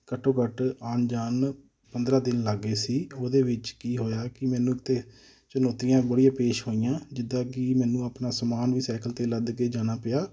ਘੱਟੋ ਘੱਟ ਆਣ ਜਾਣ ਪੰਦਰਾਂ ਦਿਨ ਲੱਗ ਗਏ ਸੀ ਉਹਦੇ ਵਿੱਚ ਕੀ ਹੋਇਆ ਕਿ ਮੈਨੂੰ ਤਾਂ ਚੁਣੌਤੀਆਂ ਬੜੀਆਂ ਪੇਸ਼ ਹੋਈਆਂ ਜਿੱਦਾਂ ਕਿ ਮੈਨੂੰ ਆਪਣਾ ਸਮਾਨ ਵੀ ਸਾਈਕਲ 'ਤੇ ਲੱਦ ਕੇ ਜਾਣਾ ਪਿਆ